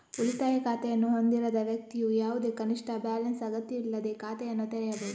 ಉಳಿತಾಯ ಖಾತೆಯನ್ನು ಹೊಂದಿರದ ವ್ಯಕ್ತಿಯು ಯಾವುದೇ ಕನಿಷ್ಠ ಬ್ಯಾಲೆನ್ಸ್ ಅಗತ್ಯವಿಲ್ಲದೇ ಖಾತೆಯನ್ನು ತೆರೆಯಬಹುದು